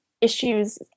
issues